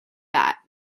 that